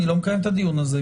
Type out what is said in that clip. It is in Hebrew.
אני לא מקיים את הדיון הזה,